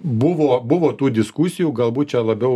buvo buvo tų diskusijų galbūt čia labiau